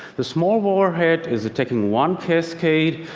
the small warhead is taking one cascade,